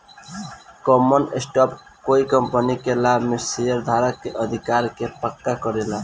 common stock कोइ company के लाभ में शेयरधारक के अधिकार के पक्का करेला